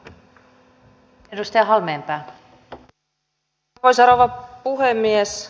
arvoisa rouva puhemies